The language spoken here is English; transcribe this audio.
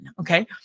Okay